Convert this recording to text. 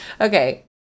Okay